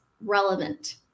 relevant